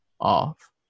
off